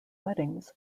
weddings